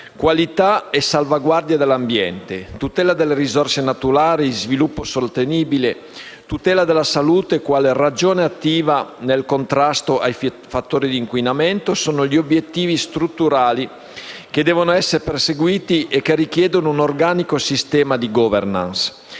Qualità e salvaguardia dell'ambiente, tutela delle risorse naturali, sviluppo sostenibile, tutela della salute quale ragione attiva nel contrasto ai fattori di inquinamento sono gli obiettivi strutturali che devono essere perseguiti e che richiedono un organico sistema di *governance*: